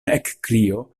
ekkrio